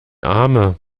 arme